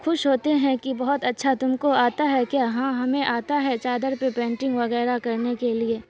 خوش ہوتے ہیں کہ بہت اچھا تم کو آتا ہے کہ ہاں ہمیں آتا ہے چادر پہ پینٹنگ وغیرہ کرنے کے لیے